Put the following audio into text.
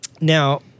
Now